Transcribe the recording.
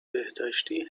بهداشتی